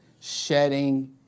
shedding